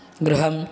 गृहम्